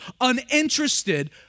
uninterested